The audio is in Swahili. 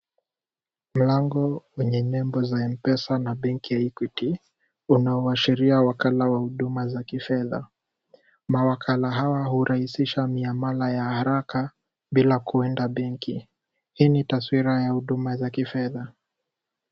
Mlango wenye nembo za M-pesa na banki ya Equity, unaoashiria wakala wa huduma za kifedha. Mawakala hurahisisha miamala ya haraka bila kuenda benki. Hii ni taswira ya huduma za kifedha.